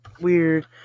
weird